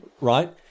right